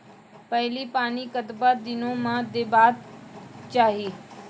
पहिल पानि कतबा दिनो म देबाक चाही?